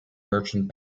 merchant